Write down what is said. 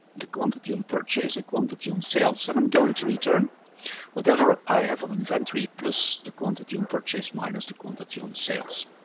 the quantity on purchase, the quantity on sales. and i'm going to return whatever i have on inventory plus the quantity on purchases minus the quantity on sales.